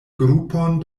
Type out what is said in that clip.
grupon